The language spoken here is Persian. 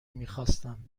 میخواستم